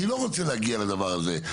אני לא רוצה להגיע לדבר הזה,